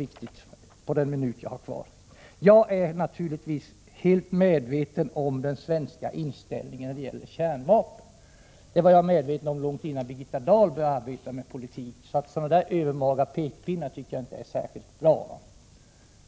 Jag skall ägna mig åt den under den minut av taletiden som jag har kvar. Jag är naturligtvis fullt medveten om den svenska inställningen när det gäller kärnvapen. Den saken var jag medveten om långt innan Birgitta Dahl började arbeta med politik. Sådana övermaga pekpinnar som här har förekommit tycker jag därför inte särskilt bra om.